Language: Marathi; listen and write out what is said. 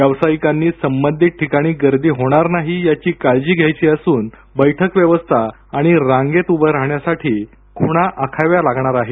व्यवसायिकांनी संबंधित ठिकाणी गर्दी होणार नाही याची काळजी घ्यायची असून बैठक व्यवस्था आणि रांगेत उभे राहण्यासाठी ख्णा आखाव्या लागणार आहेत